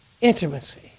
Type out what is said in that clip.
Intimacy